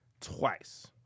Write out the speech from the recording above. twice